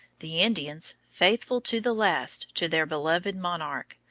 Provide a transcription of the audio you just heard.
the indians, faithful to the last to their beloved monarch,